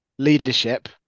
leadership